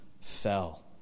fell